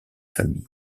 famille